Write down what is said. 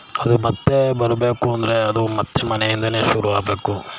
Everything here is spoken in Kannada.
ಅದು ಮತ್ತೆ ಬರಬೇಕು ಅಂದರೆ ಅದು ಮತ್ತೆ ಮನೆಯಿಂದಲೇ ಶುರು ಆಗ್ಬೇಕು